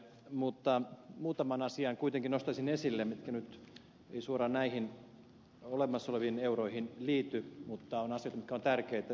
mutta kuitenkin nostaisin esille muutaman asian jotka eivät nyt suoraan näihin olemassa oleviin euroihin liity mutta ovat asioita jotka ovat tärkeitä